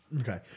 Okay